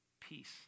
peace